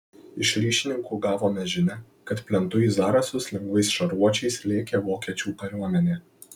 iš ryšininkų gavome žinią kad plentu į zarasus lengvais šarvuočiais lėkė vokiečių kariuomenė